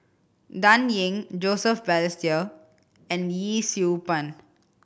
Dan Ying Joseph Balestier and Yee Siew Pun